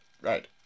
Right